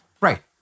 Right